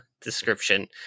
description